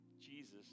Jesus